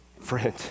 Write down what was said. friend